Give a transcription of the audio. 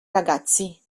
ragazzi